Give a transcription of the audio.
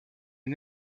est